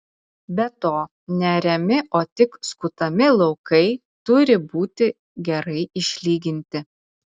be to neariami o tik skutami laukai turi būti gerai išlyginti